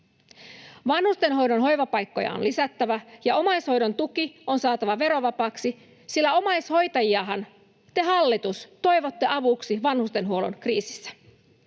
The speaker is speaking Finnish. Vanhustenhoidon hoivapaikkoja on lisättävä, ja omaishoidon tuki on saatava verovapaaksi, sillä omaishoitajiahan te, hallitus, toivotte avuksi vanhustenhuollon kriisissä.